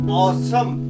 awesome